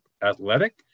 athletic